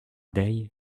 dezhi